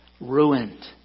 Ruined